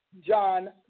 John